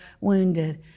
wounded